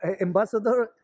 ambassador